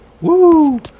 woo